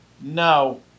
no